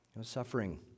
Suffering